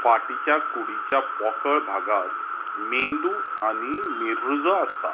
फाटीच्या कुडीच्या पोकळ भागांत मेंदू आनी मेरुज्जो आसता